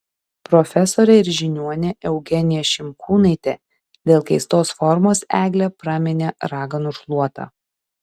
profesorė ir žiniuonė eugenija šimkūnaitė dėl keistos formos eglę praminė raganų šluota